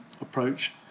approach